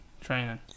training